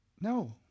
no